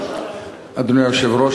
אדוני היושב-ראש,